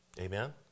Amen